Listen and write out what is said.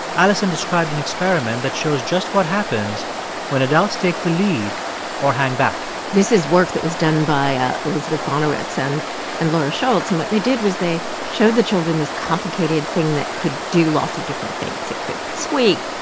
alison described an experiment that shows just what happens when adults take the lead or hang back this is work that was done by ah elizabeth bonawitz and and laura schulz, and what they did was they showed the children this complicated thing that could do lots of different things. it could squeak,